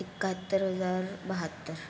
एकाहत्तर हजार बाहत्तर